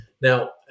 Now